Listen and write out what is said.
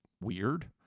weird